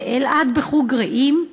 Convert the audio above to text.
אלעד בחוג "רעים",